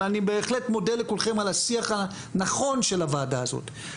אבל אני בהחלט מודה לכולכם על השיח הנכון של הוועדה הזאת.